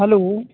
hello